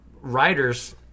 writers